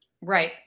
Right